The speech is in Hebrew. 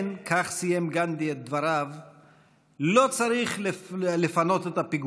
אבל גנדי לא רק ביסס את תודעת